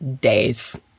days